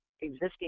existing